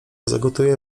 zagotuję